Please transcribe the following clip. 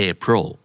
April